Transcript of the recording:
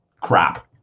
crap